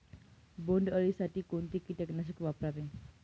बोंडअळी साठी कोणते किटकनाशक वापरावे?